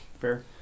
Fair